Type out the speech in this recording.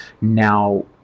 Now